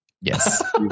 Yes